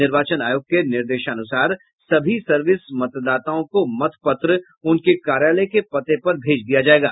निर्वाचन आयो के निर्देशानुसार सभी सर्विस मतदाताओं को मत पत्र उनके कार्यालय के पते पर भेज दिया जायेगा